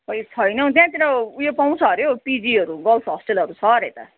खै छैन हौ त्यहाँतिर उयो पाउँछ हरे हौ पिजीहरू गर्ल्स हस्टेलहरू छ हरे त